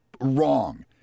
wrong